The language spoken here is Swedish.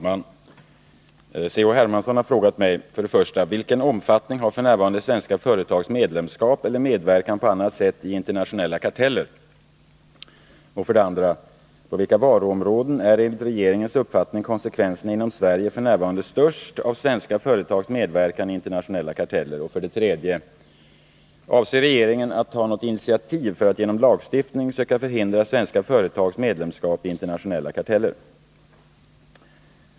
Herr talman! C.-H. Hermansson har frågat mig: 1. Vilken omfattning har f. n. svenska företags medlemskap eller medverkan på annat sätt i internationella karteller? 2. På vilka varuområden är enligt regeringens uppfattning konsekvenserna inom Sverige f. n. störst av svenska företags medverkan i internationella karteller? 3. Avser regeringen att ta något initiativ för att genom lagstiftningen söka förhindra svenska företags medlemskap i internationella karteller?